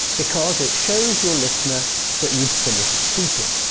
because it shows your listener that you've finished speaking.